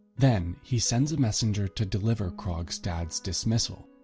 then, he sends a messenger to deliver krogstad's dismissal.